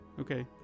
okay